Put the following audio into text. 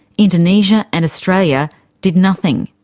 indonesia and australia did nothing.